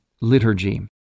liturgy